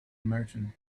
merchant